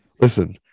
Listen